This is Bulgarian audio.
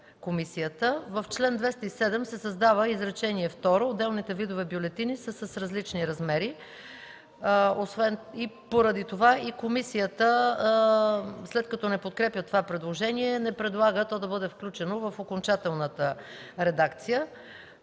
В чл. 207 се създава изречение второ: „Отделните видове бюлетини са с различни размери”. Поради това и комисията, след като не подкрепя това предложение, не предлага то да бъде включено в окончателната редакция.